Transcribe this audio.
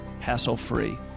hassle-free